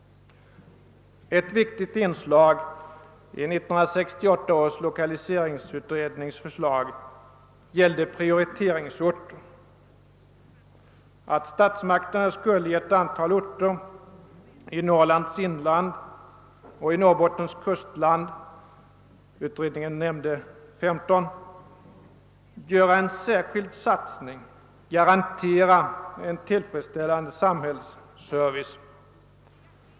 Ett viktigt inslag i 1968 års lokaliseringsutrednings förslag gällde prioriteringsorter, att statsmakterna skulle på ett antal orter i Norrlands inland och i Norrbottens kustland — utredningen nämnde 15 orter — göra en särskild satsning för att garantera en tillfredsställande samhällsservice.